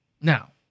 Now